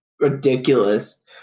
ridiculous